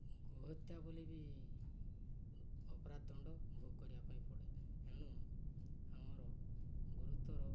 ଗୋ ହତ୍ୟା ଭଳି ବି ଅପରାଧ ଦଣ୍ଡ ଭୋଗ କରିବା ପାଇଁ ପଡ଼େ ଏଣୁ ଆମର ଗୁରୁତ୍ୱର